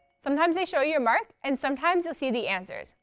sometimes they show you your mark, and sometimes you'll see the answers.